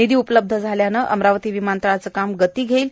निधी उपलब्ध झाल्याने अमरावती विमानतळाचे काम लवकरच गती घेईल